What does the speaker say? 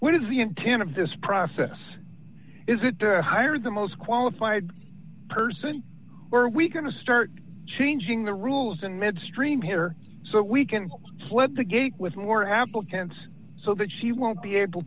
what is the intent of this process is it the higher the most qualified person or we can to start changing the rules in midstream here so we can split the gate with more applicants so that she won't be able